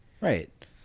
Right